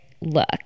look